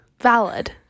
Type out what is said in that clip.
Valid